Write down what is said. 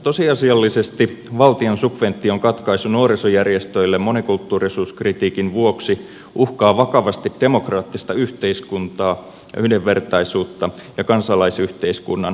tosiasiallisesti valtion subvention katkai su nuorisojärjestöille monikulttuurisuuskritiikin vuoksi uhkaa vakavasti demokraattista yhteiskuntaa yhdenvertaisuutta ja kansalaisyhteiskunnan moniäänisyyttä